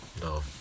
No